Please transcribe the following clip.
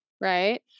right